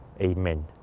Amen